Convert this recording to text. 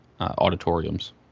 auditoriums